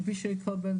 מי שיקבל,